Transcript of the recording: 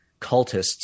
cultists